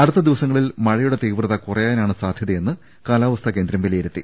അടുത്ത ദിവസങ്ങളിൽ മഴയുടെ തീവ്രത കുറയാനാണ് സാധ്യ തയെന്ന് കാലാവസ്ഥാ കേന്ദ്രം വിലയിരുത്തി